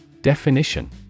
Definition